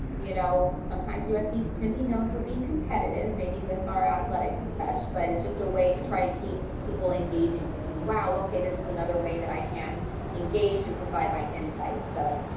you know, sometimes usc can be known for being competitive maybe with our athletics and such, but it's just a way to try to keep people engaging thinking, wow, okay. this is another way that i can engage and provide my insight, so